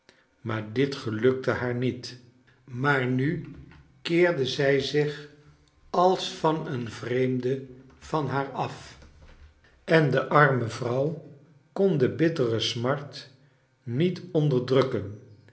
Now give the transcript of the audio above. maar dit gelukte haar niet maar nu keerde zij zich als van een vreemde van haar af en de arme vrouw kon de bittere smart niet onderdrukken